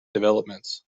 developments